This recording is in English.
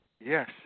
Yes